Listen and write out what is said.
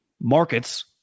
markets